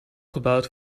gebouwd